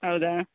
ಹೌದಾ